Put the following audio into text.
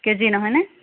KG নহয়নে